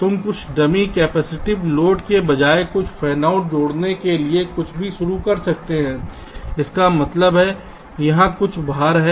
तुम कुछ dummy capacitive load के बजाय कुछ फैनआउट जोड़ने के लिए कुछ भी शुरू कर सकते हैं इसका मतलब है यहाँ कुछ भार है